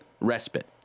respite